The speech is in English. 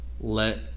let